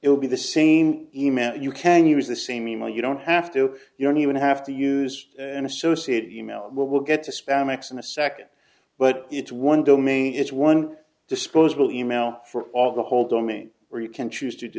it will be the same email you can use the same email you don't have to you don't even have to use an associated email will get to spam x in a second but it's one domain it's one disposable in mail for all the whole domain where you can choose to do